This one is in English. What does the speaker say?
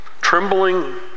trembling